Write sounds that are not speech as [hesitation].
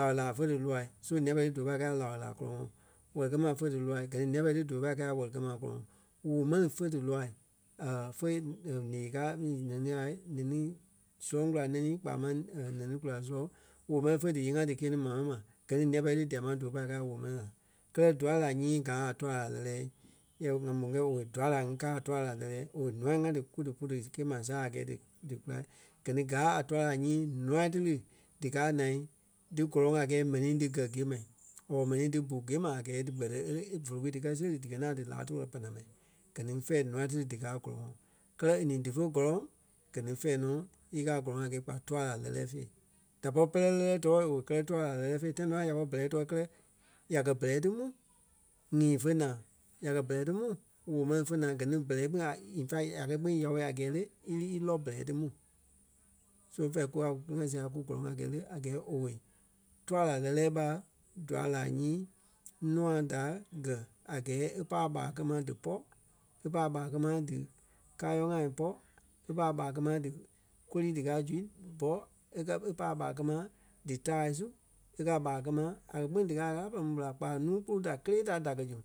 lao láa fe díloai. So nîa-pɛlɛɛ ti dífe pai kɛ̂i a lao láa kɔlɔŋɔɔ wɛli-kɛ-ma fé díloai gɛ ni nîa-pɛlɛɛ ti dífe pai kɛ̂i a wɛli-kɛ́-ma kɔlɔŋ. Woo mɛni fe díloai [hesitation] féi ǹee káa mi nɛnii ŋai nɛnî surɔŋ kulai nɛni kpaa máŋ [hesitation] nɛnii kula soŋ woo mɛni fe díyee-ŋa díkie-ní maa mɛni ma gɛ ni nîa-pɛ́lɛɛ ti dia máŋ dífe pâi kɛi a woo mɛni ŋai. Kɛ́lɛ dua láa nyii gáa a tua láa lɛ́lɛɛ yɛ ŋa mó yɛ owei dua láa ŋí káa a tua láa lɛ́lɛɛ owei nûa ŋa dí ku dí pu di gîe ma saa a gɛɛ dí- dí kula. Gɛ ni gáa a tua láa nyii nûa dí lí díkaa naa dí gɔlɔŋ a gɛɛ mɛni dí gɛ́ gîe ma or mɛni dí bu gîe ma a gɛɛ díkpɛtɛ e lí e volo ku ti kɛ seri díkɛ ŋaŋ dí láa toli banama. Gɛ ni fɛ̂ɛ ǹûai ti ni díkaa a gɔ́lɔŋɔɔ. Kɛ́lɛ e ní dífe gɔlɔŋ gɛ ni fɛ̂ɛ nɔ í káa a gɔlɔŋɔɔ a gɛɛ ɓa tua láa lɛ́lɛɛ fêi. Da pɔri pɛrɛ lɛ́lɛɛ too owei kɛlɛ tua láa lɛ́lɛɛ fei tãi nɔ ya pɔri bɛrɛ too kɛlɛ ya kɛ̀ bɛrɛ ti mu nyîi fé naa. Ya kɛ̀ bɛrɛ ti mu woo mɛni fé naa gɛ ni bɛrɛ kpîŋ a in fact a kɛ kpîŋ yâo a gɛɛ le, í lí í lɔ bɛrɛ ti mu. So fɛ̂ɛ kukaa a kú kili-ŋa sia kú gɔlɔŋ a gɛɛ le a gɛɛ owei tua láa lɛ́lɛɛ ɓa dua láa nyii nûa da gɛ̀ a gɛɛ e pai a ɓaa kɛ ma dípɔ, e pai a ɓaa kɛ ma dí káyɔɔ-ŋai pɔ́, e pai a ɓaa kɛ ma dí kôlii dikaa zu bɔ e kɛ̀ e pai a ɓaa kɛ ma dí taai su, e kɛ́ a ɓaa kɛ ma a ni kpîŋ díkaa a Ɣâla pɛrɛ mu ɓela kpaa nuu kpului da kélee da da kɛ́ zu